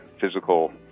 physical